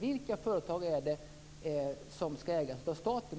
Vilka företag är det ytterligare som ska ägas av staten?